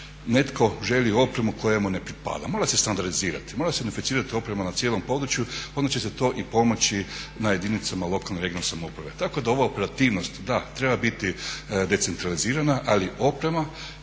netko želi opremu koja mu ne pripada. Mora se standardizirati, mora se …/Govornik se ne razumije./… oprema na cijelom području, onda će se to i pomoći na jedinicama lokalne (regionalne) samouprave. Tako da ova operativnost da, treba biti decentralizirana ali oprema